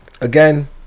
again